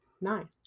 Nine